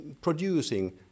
producing